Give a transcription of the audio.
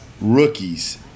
rookies